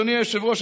אדוני היושב-ראש,